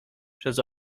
przez